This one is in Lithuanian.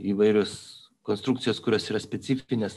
įvairios konstrukcijos kurios yra specifinės